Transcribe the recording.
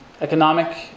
economic